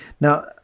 Now